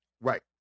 right